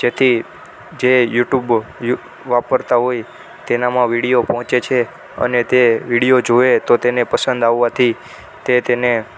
જેથી જે યુટ્યુબ યુ વાપરતા હોય તેનામાં વિડીયો પહોંચે છે અને તે વિડીયો જોવે તો તેને પસંદ આવવાથી તે તેને